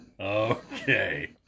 Okay